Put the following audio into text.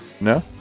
No